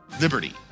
liberty